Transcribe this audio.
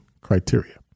criteria